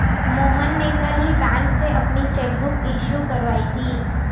मोहन ने कल ही बैंक से अपनी चैक बुक इश्यू करवाई थी